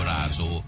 Razo